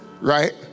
right